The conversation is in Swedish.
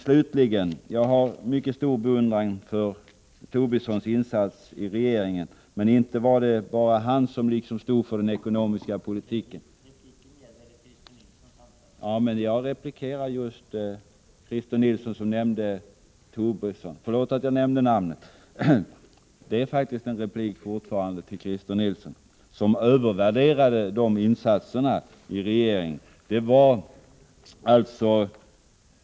Slutligen: Jag har mycket stor beundran för Lars Tobissons insats i regeringen, men inte var det bara han som stod för den ekonomiska politiken. Christer Nilsson övervärderade hans insatser.